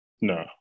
No